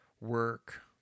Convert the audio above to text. work